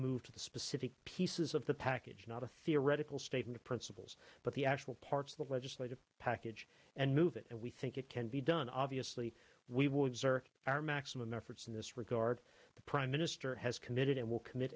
move to the specific pieces of the package not a theoretical statement of principles but the actual parts of a legislative package and move it and we think it can be done obviously we will exert our maximum efforts in this regard the prime minister has committed and will commit